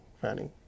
Fanny